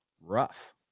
rough